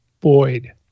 Boyd